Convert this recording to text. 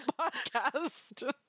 podcast